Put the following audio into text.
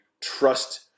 trust